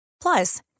Plus